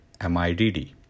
MIDD